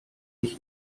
ich